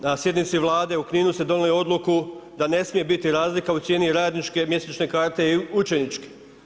Na sjednici Vlade u Kninu ste donijeli odluku da ne smije biti razlika u cijeni radničke, mjesečne karte i učeničke.